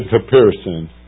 comparison